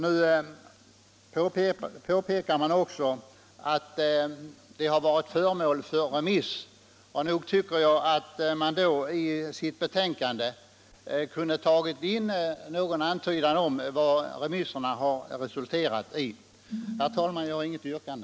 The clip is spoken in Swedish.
Utskottet påpekar också att de här frågorna har varit föremål för remissbehandling. Jag anser att utskottet då i sitt betänkande kunde ha gjort åtminstone en antydan om vad remisserna har resulterat i. Herr talman, jag har inget yrkande.